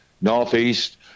northeast